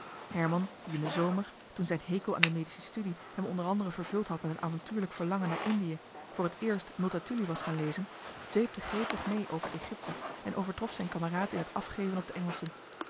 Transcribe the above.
herman die in den zomer toen zijn hekel aan de medische studie hem onder anderen vervuld had met een avontuurlijk verlangen naar johan de meester de zonde in het deftige dorp indië voor het eerst multatuli was gaan lezen dweepte gretig mee voor egypte en overtrof zijn kameraad in het afgeven op de